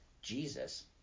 Jesus